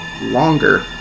longer